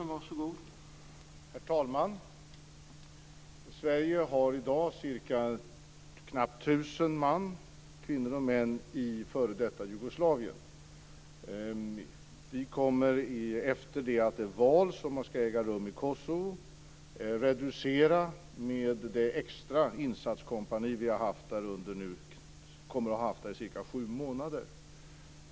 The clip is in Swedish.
Herr talman! Sverige har i dag knappt tusen man - kvinnor och män - i f.d. Jugoslavien. Vi kommer efter det val som ska äga rum i Kosovo att reducera med det extra insatskompani som vi kommer att ha haft där i cirka sju månader.